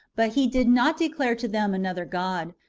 but he did not declare to them another god,